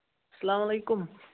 سلامُ علیکُم